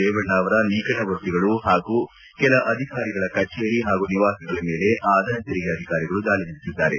ರೇವಣ್ಣ ಅವರ ನಿಕಟವರ್ತಿಗಳು ಹಾಗೂ ಕೆಲ ಅಧಿಕಾರಿಗಳ ಕಜೇರಿ ಹಾಗೂ ನಿವಾಸಗಳ ಮೇಲೆ ಆದಾಯ ತೆರಿಗೆ ಅಧಿಕಾರಿಗಳು ದಾಳಿ ನಡೆದಿದೆ